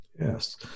Yes